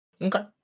Okay